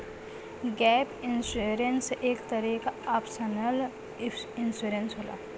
gap insurance एक तरे क ऑप्शनल इंश्योरेंस होला